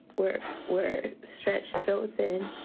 we're we're stretched so thin.